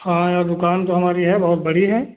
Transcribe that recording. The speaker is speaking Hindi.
हाँ यार दुकान तो हमारी है बहुत बड़ी है